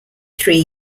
three